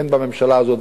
אין בממשלה הזאת,